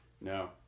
No